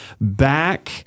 back